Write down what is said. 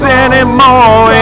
anymore